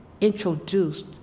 introduced